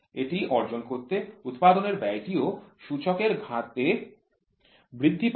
এটি অর্জন করতে উৎপাদনের ব্যয়টিও সূচকের ঘাতে বৃদ্ধি পায়